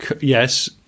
Yes